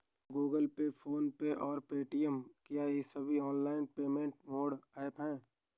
Google Pay PhonePe और Paytm क्या ये सभी ऑनलाइन पेमेंट मोड ऐप हैं?